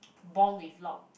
born with loud